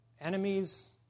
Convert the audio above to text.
enemies